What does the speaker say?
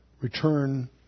return